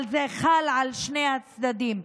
אבל זה חל על שני הצדדים.